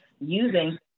using